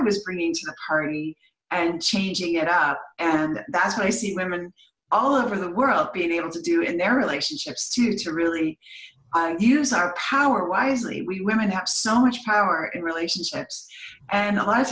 was bringing to harvey and changing it out and that's what i see women all over the world being able to do in their relationships to to really use our power wisely we women have so much power in relationships and at l